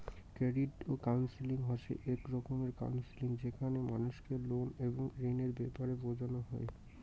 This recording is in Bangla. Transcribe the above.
ক্রেডিট কাউন্সেলিং হসে এক রকমের কাউন্সেলিং যেখানে মানুষকে লোন এবং ঋণের ব্যাপারে বোঝানো হই